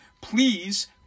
please